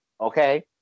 Okay